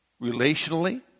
relationally